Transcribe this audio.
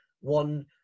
One